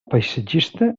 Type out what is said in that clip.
paisatgista